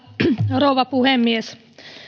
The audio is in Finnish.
rouva puhemies